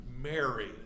Mary